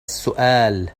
السؤال